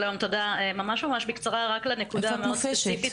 שלום, ממש בקצרה רק לנקודה הספציפית